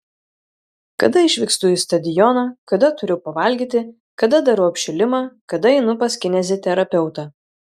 kada išvykstu į stadioną kada turiu pavalgyti kada darau apšilimą kada einu pas kineziterapeutą